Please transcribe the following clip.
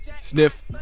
Sniff